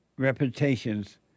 reputations